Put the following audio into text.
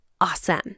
awesome